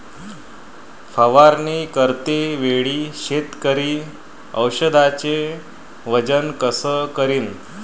फवारणी करते वेळी शेतकरी औषधचे वजन कस करीन?